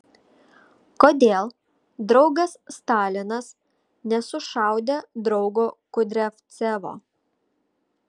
kodėl draugas stalinas nesušaudė draugo kudriavcevo